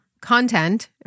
content